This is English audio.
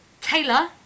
Taylor